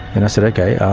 and i said, okay, i